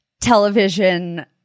television